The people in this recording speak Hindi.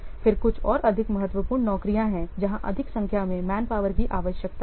फिर कुछ और अधिक महत्वपूर्ण नौकरियां हैं जहां अधिक संख्या में मैन पावर की आवश्यकता है